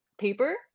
paper